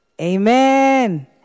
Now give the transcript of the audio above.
Amen